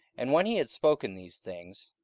and when he had spoken these things,